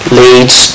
leads